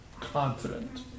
confident